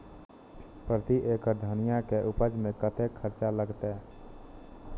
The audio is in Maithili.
प्रति एकड़ धनिया के उपज में कतेक खर्चा लगते?